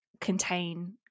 contain